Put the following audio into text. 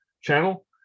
channel